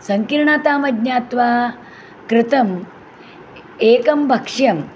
सङ्कीर्णताम् अज्ञात्वा कृतम् एकं भक्ष्यं